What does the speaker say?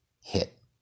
hit